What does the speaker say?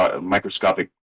microscopic